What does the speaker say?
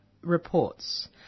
reports